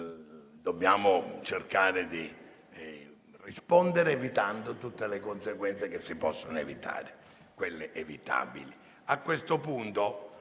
dobbiamo cercare di rispondere evitando tutte le conseguenze che si possono evitare, cioè quelle evitabili.